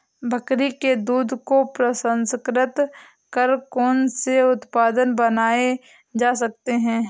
बकरी के दूध को प्रसंस्कृत कर कौन से उत्पाद बनाए जा सकते हैं?